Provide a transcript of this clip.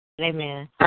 Amen